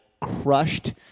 crushed